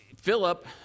Philip